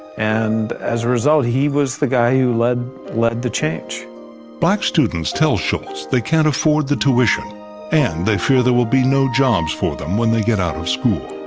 and as a result he was the guy who led led the change. narrator black students tell shultz they can't afford the tuition and they fear there will be no jobs for them when they get out of school.